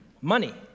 Money